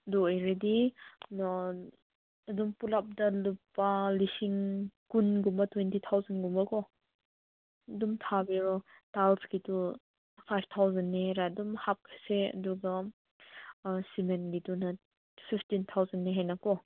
ꯑꯗꯨ ꯑꯣꯏꯔꯗꯤ ꯑꯗꯨꯝ ꯄꯨꯂꯞꯇ ꯂꯨꯄꯥ ꯂꯤꯁꯤꯡ ꯀꯨꯟꯒꯨꯝꯕ ꯇ꯭ꯋꯦꯟꯇꯤ ꯊꯥꯎꯖꯟꯒꯨꯝꯕꯀꯣ ꯑꯗꯨꯝ ꯊꯥꯕꯤꯔꯣ ꯇꯥꯏꯜꯁꯀꯤꯗꯨ ꯐꯥꯏꯕ ꯊꯥꯎꯖꯟꯅꯦ ꯑꯗꯨꯝ ꯍꯥꯞꯈ꯭ꯔꯁꯦ ꯑꯗꯨꯒ ꯁꯤꯃꯦꯟꯒꯤꯗꯨꯅ ꯐꯤꯐꯇꯤꯟ ꯊꯥꯎꯖꯟꯅꯤ ꯍꯥꯏꯅꯀꯣ